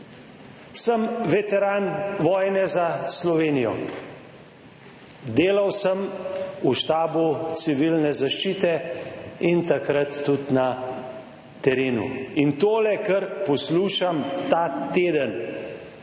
Sem veteran vojne za Slovenijo. Delal sem v štabu civilne zaščite in takrat tudi na terenu. Tole, kar poslušam ta teden